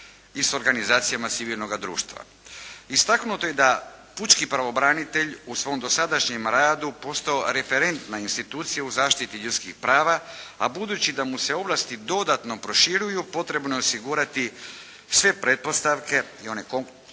i s organizacijama civilnoga društva. Istaknuto je da pučki pravobranitelj u svom dosadašnjem radu postao referentna institucija u zaštiti ljudskih prava a budući da mu se ovlasti dodatno proširuju potrebno je osigurati sve pretpostavke, to znači one konkretne